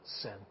sin